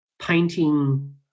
painting